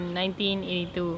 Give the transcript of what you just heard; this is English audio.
1982